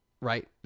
Right